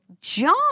John